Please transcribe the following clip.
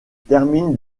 termine